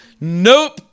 Nope